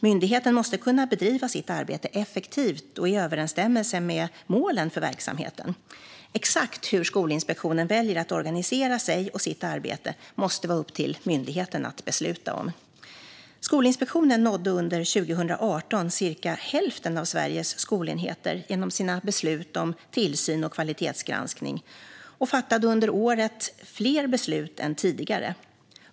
Myndigheten måste kunna bedriva sitt arbete effektivt och i överensstämmelse med målen för verksamheten. Exakt hur Skolinspektionen väljer att organisera sig och sitt arbete måste vara upp till myndigheten att besluta om. Skolinspektionen nådde under 2018 cirka hälften av Sveriges skolenheter genom sina beslut om tillsyn och kvalitetsgranskning och fattade under året fler beslut än tidigare.